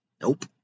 Nope